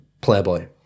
Playboy